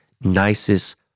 nicest